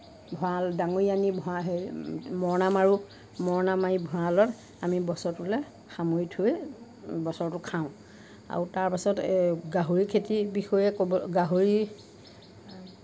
ভঁৰাল ডাঙৰি আমি ভৰা সেই মৰণা মাৰোঁ মৰণা মাৰি ভঁৰালত আমি বছৰটোলৈ সামৰি থৈ বছৰটো খাওঁ আৰু তাৰপিছত গাহৰি খেতি বিষয়ে ক'বলৈ গাহৰি